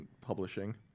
Publishing